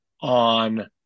on